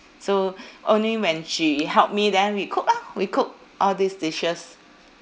so only when she help me then we cook lor we cook all these dishes